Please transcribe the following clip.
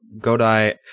Godai